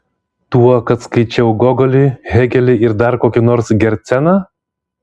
tuo kad skaičiau gogolį hėgelį ir dar kokį nors gerceną